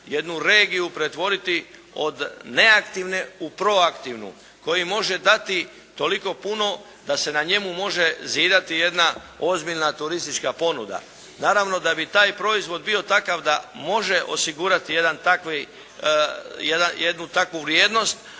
jednu regiju pretvoriti od neaktivne u proaktivnu, koji može dati toliko puno da se na njemu može zidati jedna ozbiljna turistička ponuda. Naravno da bi taj proizvod bio takav da može osigurati jednu takvu vrijednost,